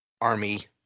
Army